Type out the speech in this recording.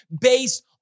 based